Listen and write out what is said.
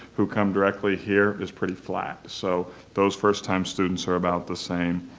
who come directly here is, pretty flat. so those first-time students are about the same.